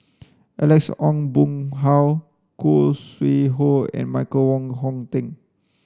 Alex Ong Boon Hau Khoo Sui Hoe and Michael Wong Hong Teng